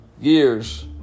years